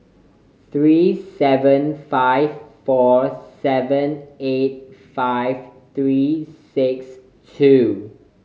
three seven five four seven eight five three six two